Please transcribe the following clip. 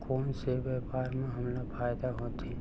कोन से व्यापार म हमला फ़ायदा होथे?